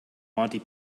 monty